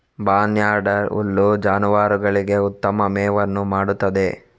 barnyard ಹುಲ್ಲು ಜಾನುವಾರುಗಳಿಗೆ ಉತ್ತಮ ಮೇವನ್ನು ಮಾಡುತ್ತದೆ